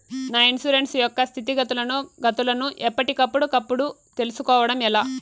నా ఇన్సూరెన్సు యొక్క స్థితిగతులను గతులను ఎప్పటికప్పుడు కప్పుడు తెలుస్కోవడం ఎలా?